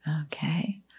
Okay